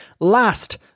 last